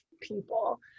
people